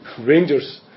Rangers